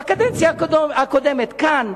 בקדנציה הקודמת, כאן,